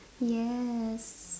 yes